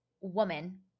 woman